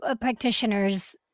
practitioners